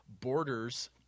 Borders